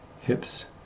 hips